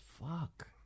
fuck